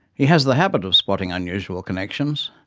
he has the habit of spotting unusual connections.